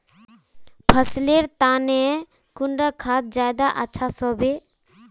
फसल लेर तने कुंडा खाद ज्यादा अच्छा सोबे?